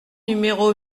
numéro